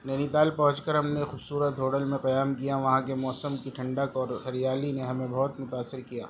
نینیتال پہنچ کر ہم نے خوبصورت ہوٹل میں قیام کیا وہاں کے موسم کی ٹھنڈک اور ہریالی نے ہمیں بہت متاثر کیا